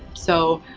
so